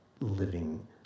living